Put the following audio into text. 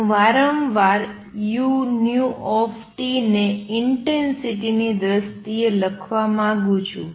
હું વારંવાર uT ને ઇંટેંસિટીની દ્રષ્ટિએ લખવા માંગું છું